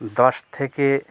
দশ থেকে